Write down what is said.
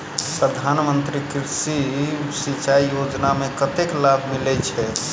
प्रधान मंत्री कृषि सिंचाई योजना मे कतेक लाभ मिलय छै?